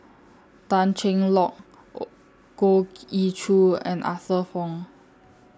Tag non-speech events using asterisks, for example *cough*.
Tan Cheng Lock *hesitation* Goh Ee Choo and Arthur Fong